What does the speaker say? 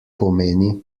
pomeni